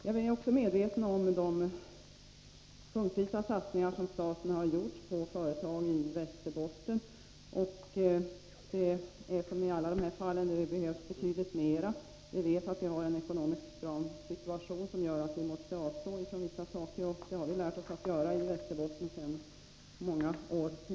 Jag är också medveten om de punktvisa satsningar som staten har gjort på företag i Västerbotten, men det behövs betydligt mer. Vi vet att den ekonomiska situationen är svår, varför vi måste avstå från vissa saker, och det lärde vi oss i Västerbotten redan för många år sedan.